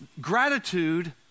Gratitude